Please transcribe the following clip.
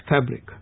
fabric